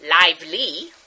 lively